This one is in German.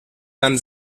dann